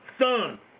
son